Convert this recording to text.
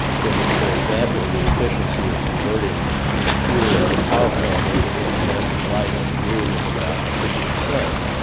just, for example, the efficiency of converting fuel at a power plant into incandescent light in the room is about three percent.